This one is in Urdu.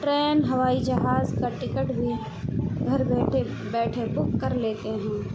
ٹرین ہوائی جہاز کا ٹکٹ بھی گھر بیٹھے بیٹھے بک کر لیتے ہیں